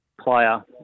player